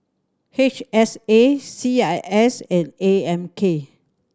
H S A C I S and A M K